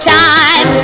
time